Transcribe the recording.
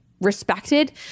respected